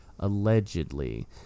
allegedly